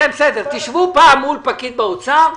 תשבו פעם מול פקיד באוצר,